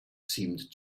seemed